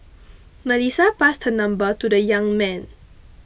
Melissa passed her number to the young man